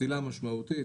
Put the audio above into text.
פסילה משמעותית.